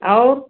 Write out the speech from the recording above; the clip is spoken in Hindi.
और